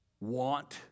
want